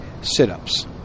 sit-ups